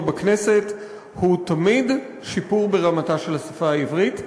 בכנסת הוא תמיד שיפור ברמתה של השפה העברית.